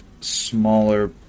smaller